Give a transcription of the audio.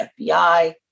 FBI